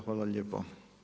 Hvala lijepo.